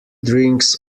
drinks